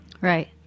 Right